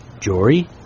Jory